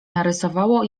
narysowało